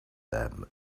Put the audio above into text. them